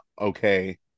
Okay